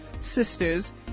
sisters